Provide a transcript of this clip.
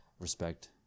respect